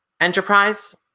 enterprise